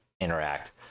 interact